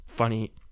funny